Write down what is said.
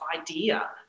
idea